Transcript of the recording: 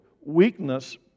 Weakness